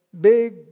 big